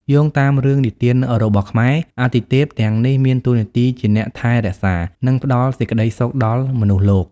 យោងតាមរឿងនិទានរបស់ខ្មែរ អាទិទេពទាំងនេះមានតួនាទីជាអ្នកថែរក្សា និងផ្តល់សេចក្តីសុខដល់មនុស្សលោក។